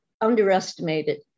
underestimated